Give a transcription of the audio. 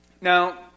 Now